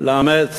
לאמץ